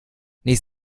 nicht